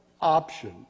option